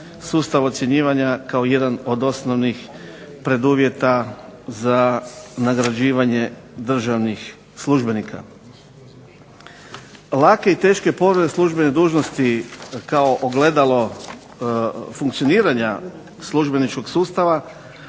sustav ocjenjivanja kao jedan od osnovnih preduvjeta za nagrađivanje državnih službenika. Lake i teške povrede službene dužnosti kao ogledalo funkcioniranja službeničkog sustava